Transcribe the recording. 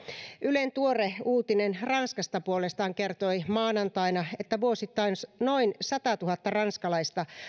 ylen tuore uutinen ranskasta puolestaan kertoi maanantaina että vuosittain noin satatuhatta ranskalaista